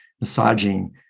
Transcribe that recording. massaging